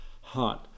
heart